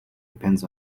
depends